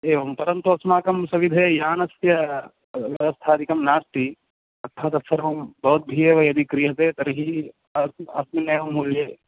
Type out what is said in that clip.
एवं परन्तु अस्माकं सविधे यानस्य व्यवस्थादिकं नास्ति अर्थात् तत्सर्वं भवद्भिः एव यदि क्रियते तर्हि अस् अस्मिन्नेव मूल्ये